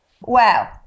Wow